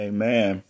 Amen